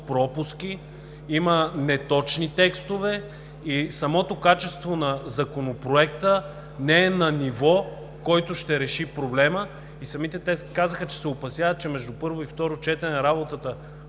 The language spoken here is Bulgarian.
пропуски, има неточни текстове и самото качество на Законопроекта не е на нивото, което ще реши проблема. Самите те казаха, че се опасяват, че между първо и второ четене работата